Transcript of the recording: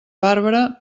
bàrbara